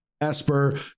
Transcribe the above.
Esper